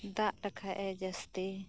ᱫᱟᱜ ᱞᱮᱠᱷᱟᱱᱮ ᱡᱟᱹᱥᱛᱤ